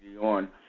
on